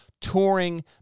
touring